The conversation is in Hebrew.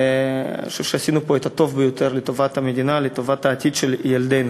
אני חושב שעשינו פה את הטוב ביותר לטובת המדינה ולטובת העתיד של ילדינו,